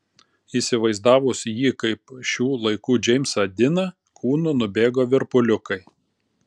įsivaizdavus jį kaip šių laikų džeimsą diną kūnu nubėgo virpuliukai